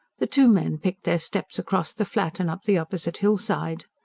the two men picked their steps across the flat and up the opposite hillside,